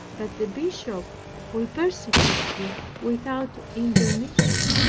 that the bishop will persecute you without intermission.